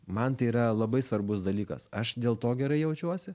man tai yra labai svarbus dalykas aš dėl to gerai jaučiuosi